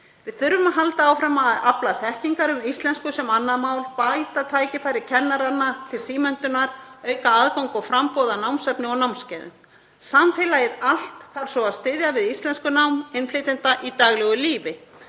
Við þurfum að halda áfram að afla þekkingar um íslensku sem annað mál, bæta tækifæri kennaranna til símenntunar, auka aðgang og framboð af námsefni og námskeiðum. Samfélagið allt þarf svo að styðja við íslenskunám innflytjenda í daglegu lífi.